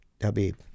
Habib